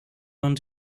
want